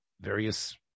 various